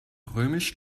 römisch